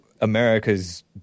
America's